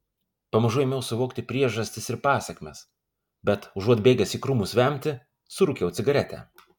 pamažu ėmiau suvokti priežastis ir pasekmes bet užuot bėgęs į krūmus vemti surūkiau cigaretę